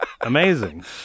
amazing